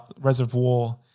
reservoir